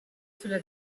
cela